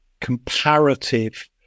comparative